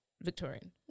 victorian